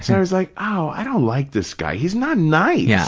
so i was like, oh, i don't like this guy. he's not nice, yeah